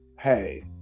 hey